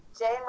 Jane